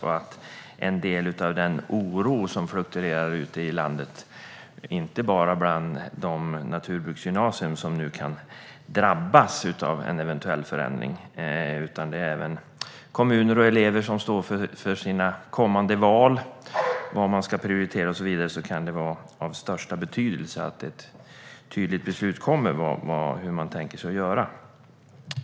Med tanke på den oro som florerar ute i landet, inte bara på de naturbruksgymnasier som nu kan drabbas av en eventuell förändring utan även hos kommuner och de elever som står inför kommande val, vad de ska prioritera och så vidare, kan det vara av största betydelse att det kommer ett tydligt beslut om hur man tänker sig att göra.